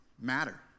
matter